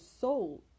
soul